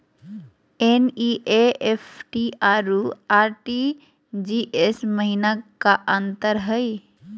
NEFT अरु RTGS महिना का अंतर हई?